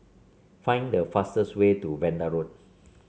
find the fastest way to Vanda Road